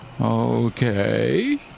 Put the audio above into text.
Okay